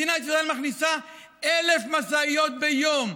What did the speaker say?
מדינת ישראל מכניסה 1,000 משאיות ביום.